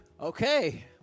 Okay